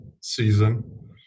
season